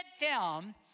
down